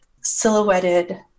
silhouetted